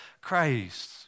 Christ